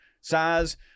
size